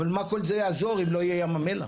אבל מה כל זה יעזור אם לא יהיה ים המלח,